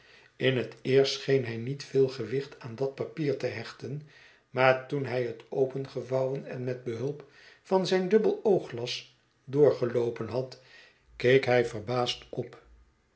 in het eerst scheen hij niet veel gewicht aan dat papier te hechten maar toen hij het opengevouwen en met behulp van zijn dubbel oogglas doorgeloopen had keek hij verbaasd op